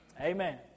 Amen